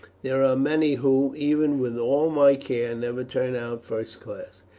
there are many who, even with all my care, never turn out first class.